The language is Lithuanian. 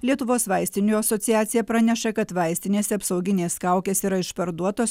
lietuvos vaistinių asociacija praneša kad vaistinėse apsauginės kaukės yra išparduotos